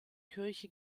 kirche